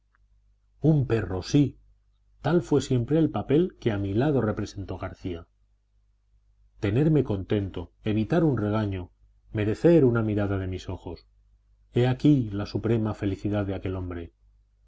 un perro sí tal fue siempre el papel que a mi lado representó garcía tenerme contento evitar un regaño merecer una mirada de mis ojos he aquí la suprema felicidad de aquel hombre